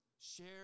Share